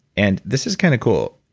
and this is kind of cool.